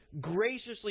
graciously